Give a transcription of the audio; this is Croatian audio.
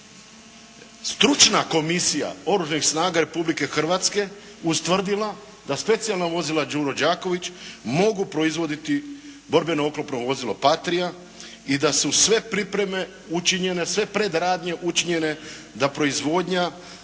stručna komisija Oružanih snaga Republike Hrvatske ustvrdila da specijalna vozila "Đuro Đaković" mogu proizvoditi borbeno oklopno vozilo "Patria" i da su sve pripreme učinjene, sve predradnje učinjene da proizvodnja